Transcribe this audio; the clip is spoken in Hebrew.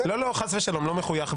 לא, חס ושלום, לא מחויך בכלל.